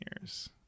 years